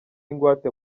ingwate